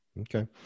Okay